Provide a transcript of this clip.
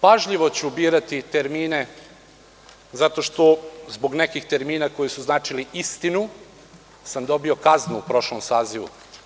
Pažljivo ću birati termine zato što, zbog termina koji su značili istinu, sam dobio kaznu u prošlom sazivu.